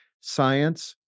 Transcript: science